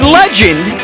legend